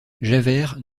javert